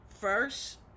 first